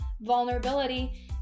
vulnerability